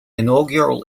inaugural